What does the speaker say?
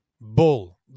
bull